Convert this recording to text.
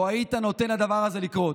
לא היית נותן לדבר הזה לקרות.